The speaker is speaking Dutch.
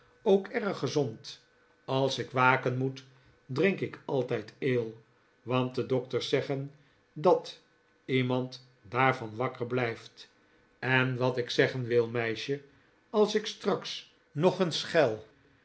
ook erg gezond als ik waken moet drink ik altijd ale want de dokters zeggen dat iemand daarvan wakker blijft en wat ik zeggen wil meisje als ik straks nog eens schel